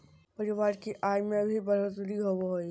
परिवार की आय में भी बढ़ोतरी होबो हइ